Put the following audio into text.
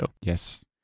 Yes